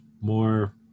more